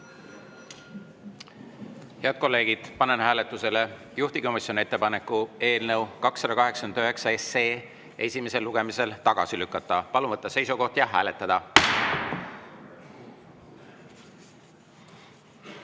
kolleegid, panen hääletusele juhtivkomisjoni ettepaneku eelnõu 289 esimesel lugemisel tagasi lükata. Palun võtta seisukoht ja hääletada!